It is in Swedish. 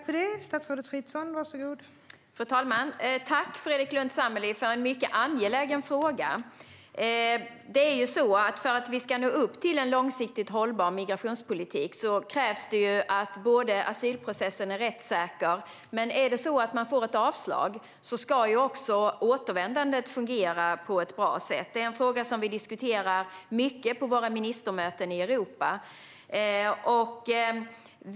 Fru talman! Tack, Fredrik Lundh Sammeli, för en mycket angelägen fråga! För att vi ska nå upp till en långsiktigt hållbar migrationspolitik krävs det att asylprocessen är rättssäker, men om man får ett avslag ska återvändandet fungera på ett bra sätt. Det är en fråga som vi diskuterar mycket på våra ministermöten i Europa.